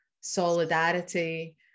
solidarity